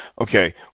okay